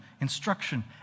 instruction